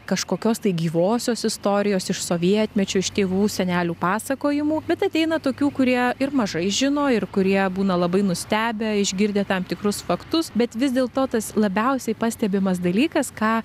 kažkokios tai gyvosios istorijos iš sovietmečio iš tėvų senelių pasakojimų bet ateina tokių kurie ir mažai žino ir kurie būna labai nustebę išgirdę tam tikrus faktus bet vis dėl to tas labiausiai pastebimas dalykas ką